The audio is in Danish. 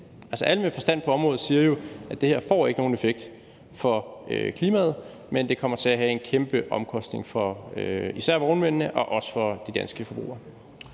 Alle med forstand på området siger jo, at det her ikke får nogen effekt for klimaet, men det kommer til at være en kæmpe omkostning for især vognmændene, men også for de danske forbrugere.